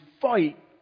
fight